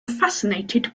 fascinated